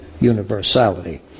universality